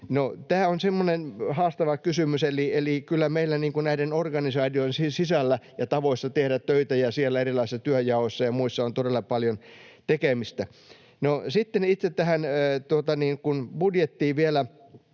semmoinen haastava kysymys. Eli kyllä meillä näiden organisaatioiden sisällä ja tavoissa tehdä töitä ja siellä erilaisissa työnjaoissa ja muissa on todella paljon tekemistä. No sitten itse tähän budjettiin vielä